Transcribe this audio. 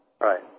Right